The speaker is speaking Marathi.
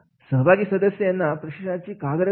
सहभागी सदस्य यांना प्रशिक्षणाची का गरज आहे